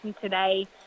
today